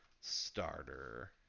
starter